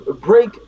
break